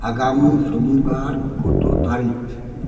আগামী শনিবার কত তারিখ